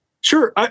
Sure